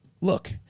Look